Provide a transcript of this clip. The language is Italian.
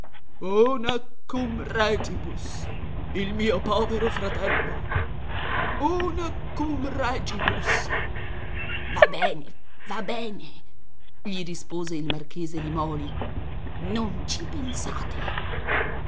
una cum regibus il mio povero fratello una cum regibus va bene va bene gli rispose il marchese limòli non ci pensate